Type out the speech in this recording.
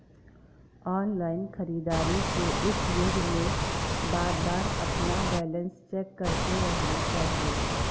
online खरीदारी के इस युग में बारबार अपना बैलेंस चेक करते रहना चाहिए